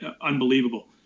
unbelievable